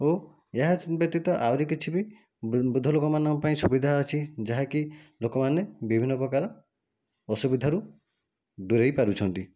ଓ ଏହା ବ୍ୟତୀତ ଆହୁରି କିଛି ବି ବୃଦ୍ଧ ଲୋକମାନଙ୍କ ପାଇଁ ସୁବିଧା ଅଛି ଯାହାକି ଲୋକମାନେ ବିଭିନ୍ନ ପ୍ରକାର ଅସୁବିଧାରୁ ଦୁରେଇ ପାରୁଛନ୍ତି